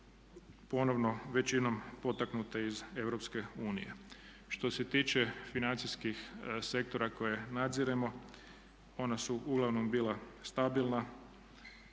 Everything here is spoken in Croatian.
ponovno većinom potaknute iz EU. Što se tiče financijskih sektora koje nadziremo ona su uglavnom bila stabilna